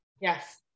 Yes